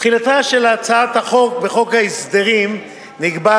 תחילתה של הצעת החוק בחוק ההסדרים נקבעה